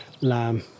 lamb